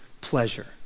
pleasure